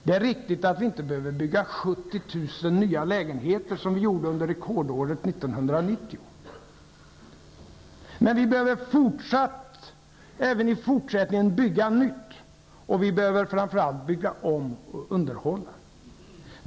Det är riktigt att vi inte behöver bygga 70 000 nya lägenheter som vi gjorde under rekordåret 1990. Men vi behöver även i fortsättningen bygga nytt, och vi behöver framför allt bygga om och underhålla.